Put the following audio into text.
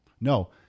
No